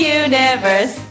universe